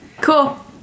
Cool